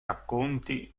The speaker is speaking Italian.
racconti